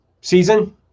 season